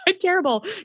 terrible